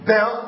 Now